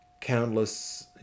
countless